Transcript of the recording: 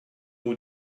who